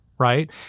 Right